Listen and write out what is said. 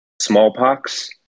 Smallpox